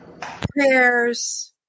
prayers